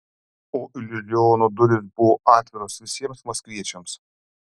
o iliuziono durys buvo atviros visiems maskviečiams